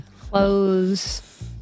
Clothes